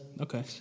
Okay